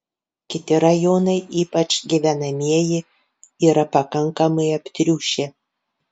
kiti rajonai ypač gyvenamieji yra pakankamai aptriušę